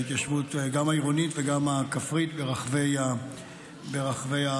גם העירונית וגם הכפרית ברחבי הארץ.